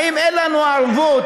האם אין לנו ערבות,